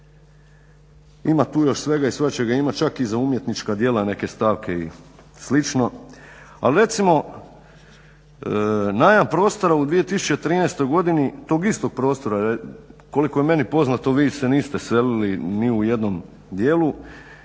Ima tu još svega i svačega, ima čak i za umjetnička djela neke stavke i slično. Ali recimo najam prostora u 2013. godini, tog istog prostora, koliko je meni poznato vi se niste selili ni u jednom dijelu,